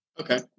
okay